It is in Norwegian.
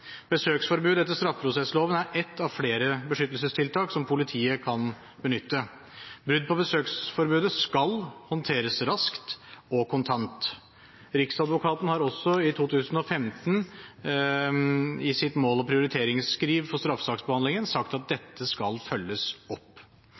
Besøksforbud etter straffeprosessloven er ett av flere beskyttelsestiltak som politiet kan benytte. Brudd på besøksforbudet skal håndteres raskt og kontant. Riksadvokaten har også i 2015 i sitt mål- og prioriteringsskriv for straffesaksbehandlingen sagt at dette skal følges opp.